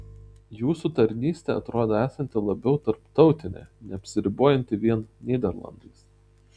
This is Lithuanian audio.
jūsų tarnystė atrodo esanti labiau tarptautinė neapsiribojanti vien nyderlandais